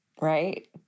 right